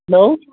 hello